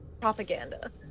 propaganda